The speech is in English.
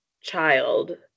child